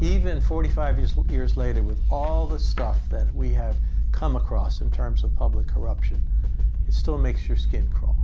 even forty five years years later with all the stuff that we have come across in terms of public corruption, it still makes your skin crawl